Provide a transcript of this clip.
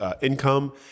income